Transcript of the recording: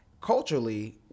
culturally